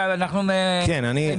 כי אנחנו מסיימים.